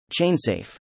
ChainSafe